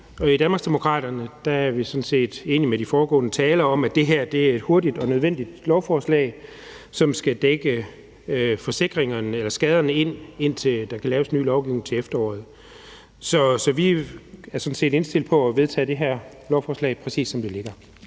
I Danmarksdemokraterne er vi sådan set enige med de foregående talere i, at det her er et hurtigt og nødvendigt lovforslag, som skal sikre, at skaderne dækkes ind, indtil der kan laves en ny lovgivning til efteråret. Så vi er sådan set indstillet på at støtte det her lovforslag, præcis som det ligger.